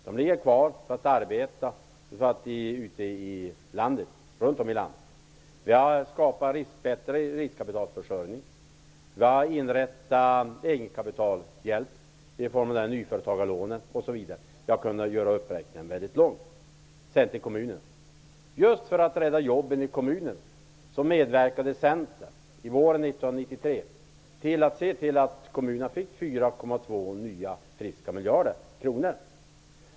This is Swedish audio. De pengarna ligger alltså kvar som arbetande kapital runt om i landet. Vi har också åstadkommit en bättre riskkapitalförsörjning. Dessutom har vi inrättat egenkapitalhjälp i form av nyföretagarlån osv. Listan skulle kunna göras mycket lång när det gäller kommunerna. Just för att rädda jobben i kommunerna medverkade Centern våren 1993 till att kommunerna fick 4,2 nya, friska miljarder.